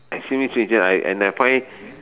extremely stringent and and I find